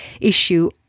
issue